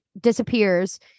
disappears